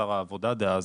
שר העבודה דאז,